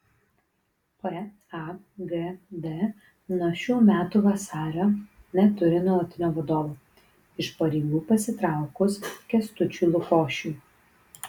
pagd nuo šių metų vasario neturi nuolatinio vadovo iš pareigų pasitraukus kęstučiui lukošiui